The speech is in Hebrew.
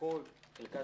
שזה